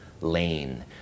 lane